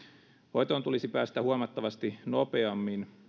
hoitoon tulisi päästä huomattavasti nopeammin